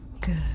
Good